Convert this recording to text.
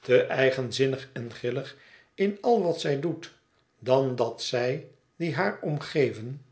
te eigenzinnig en grillig in al wat zij doet dan dat zij die haar omgeven